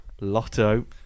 Lotto